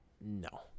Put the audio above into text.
No